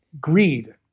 greed